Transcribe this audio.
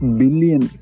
billion